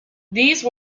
these